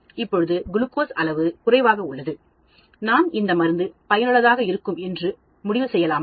இப்போது குளுக்கோஸ் அளவு குறைவாக உள்ளது நாம் இந்த மருந்து பயனுள்ளதாக இருக்கும் என்று முடிவு செய்யலாமா